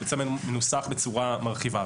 זה בעצם מנוסח בצורה מרחיבה,